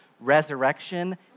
resurrection